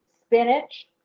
spinach